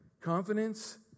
Confidence